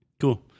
cool